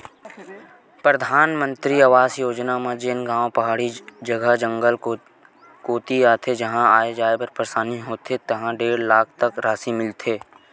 परधानमंतरी आवास योजना म जेन गाँव पहाड़ी जघा, जंगल कोती होथे जिहां आए जाए म परसानी होथे तिहां डेढ़ लाख तक रासि मिलथे